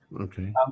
Okay